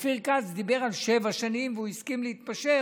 אופיר כץ דיבר על שבע שנים, והוא הסכים להתפשר